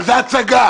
זו הצגה.